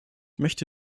möchte